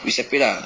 we separate lah